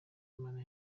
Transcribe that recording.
imana